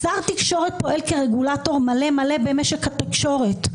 שר התקשורת פועל כרגולטור מלא-מלא במשק התקשורת.